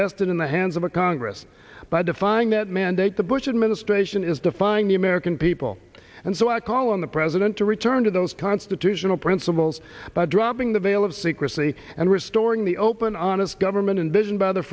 vested in the hands of a congress by defying that mandate the bush administration is defying the american people and so i call on the president to return to those constitutional principles by dropping the veil of secrecy and restoring the open honest government invasion b